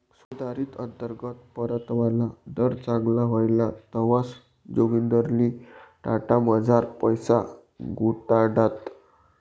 सुधारित अंतर्गत परतावाना दर चांगला व्हयना तवंय जोगिंदरनी टाटामझार पैसा गुताडात